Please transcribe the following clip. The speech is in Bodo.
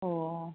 अ